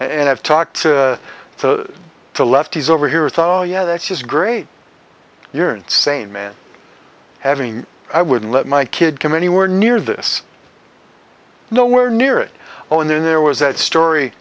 and i've talked to the lefties over here is thought oh yeah that's just great you're insane man having i wouldn't let my kid come anywhere near this nowhere near it oh and then there was that story